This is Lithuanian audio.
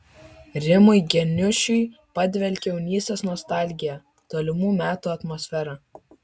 rimui geniušui padvelkia jaunystės nostalgija tolimų metų atmosfera